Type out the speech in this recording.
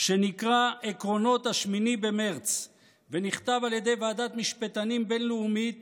שנקרא "עקרונות 8 במרץ" ונכתב על ידי ועדת משפטנים בין-לאומית